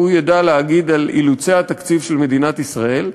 והוא ידע להגיד על אילוצי התקציב של מדינת ישראל.